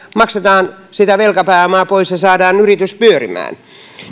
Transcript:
maksetaan sitä velkapääomaa pois ja saadaan yritys pyörimään